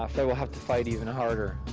ah fred will have to fight even harder.